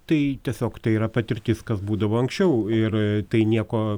tai tiesiog tai yra patirtis kas būdavo anksčiau ir tai nieko